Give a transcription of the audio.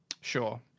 Sure